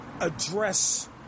address